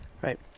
Right